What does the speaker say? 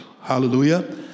Hallelujah